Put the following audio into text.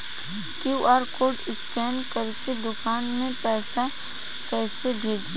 QR code scan करके दुकान में पैसा कइसे भेजी?